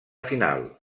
final